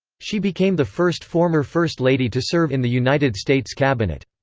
she became the first former first lady to serve in the united states cabinet.